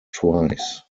twice